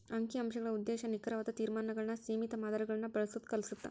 ಅಂಕಿ ಅಂಶಗಳ ಉದ್ದೇಶ ನಿಖರವಾದ ತೇರ್ಮಾನಗಳನ್ನ ಸೇಮಿತ ಮಾದರಿಗಳನ್ನ ಬಳಸೋದ್ ಕಲಿಸತ್ತ